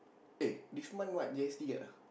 eh this month what G_S_T ah